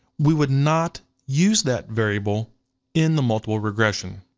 we would not use that variable in the multiple regression.